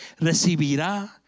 recibirá